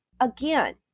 again